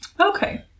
Okay